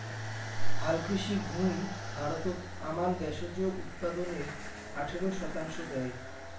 হালকৃষি ভুঁই ভারতত আমান দ্যাশজ উৎপাদনের আঠারো শতাংশ দ্যায়